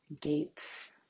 gates